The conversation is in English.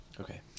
Okay